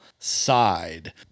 side